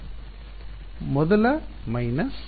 ವಿದ್ಯಾರ್ಥಿ ಮೊದಲ ಮೈನಸ್